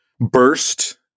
burst